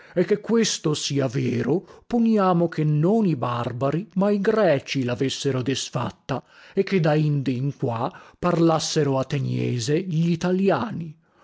e che questo sia vero poniamo che non i barbari ma i greci lavessero disfatta e che da indi in qua parlassero ateniese glitaliani